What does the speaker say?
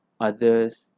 others